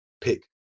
pick